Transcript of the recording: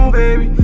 baby